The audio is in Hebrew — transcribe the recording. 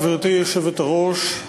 גברתי היושבת-ראש,